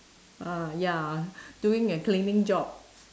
uh ya doing a cleaning job